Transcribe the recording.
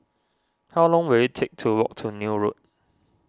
how long will it take to walk to Neil Road